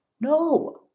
No